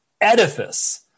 edifice